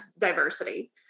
diversity